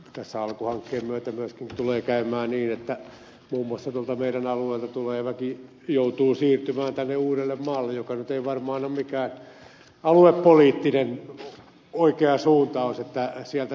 tässä alku hankkeen myötä myöskin tulee käymään niin että muun muassa tuolta meidän alueeltamme tuleva väki joutuu siirtymään tänne uudellemaalle mikä nyt ei varmaan ole mikään aluepoliittisesti oikea suuntaus että sieltä